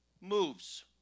moves